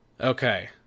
Okay